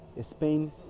Spain